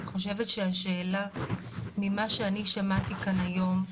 אני חושבת שהשאלה, ממה שאני שמעתי כאן היום,